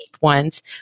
ones